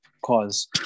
cause